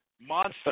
monster